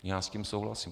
Já s tím souhlasím.